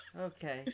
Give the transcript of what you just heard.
Okay